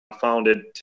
founded